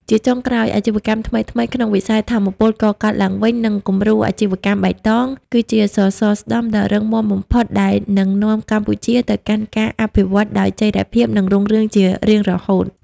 ជាចុងក្រោយ អាជីវកម្មថ្មីៗក្នុងវិស័យថាមពលកកើតឡើងវិញ និងគំរូអាជីវកម្មបៃតង គឺជាសសរស្តម្ភដ៏រឹងមាំបំផុតដែលនឹងនាំកម្ពុជាទៅកាន់ការអភិវឌ្ឍដោយចីរភាព និងរុងរឿងជារៀងរហូត។